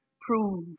Prove